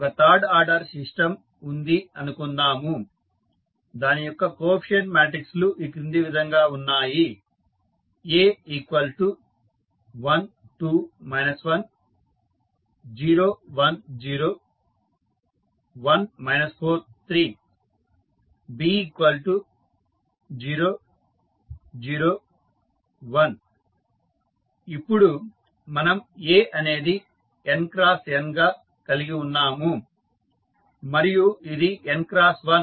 ఒక third order system ఉంది అనుకుందాం దాని యొక్క కోఎఫీసియంట్ మాట్రిక్స్ లు ఈ కింది విధంగా ఉన్నాయి A1 2 1 0 1 0 1 4 3 B0 0 1 ఇప్పుడు మనం A అనేది n x n గా కలిగి ఉన్నాము మరియు ఇది n క్రాస్ 1